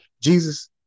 Jesus